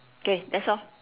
okay that's all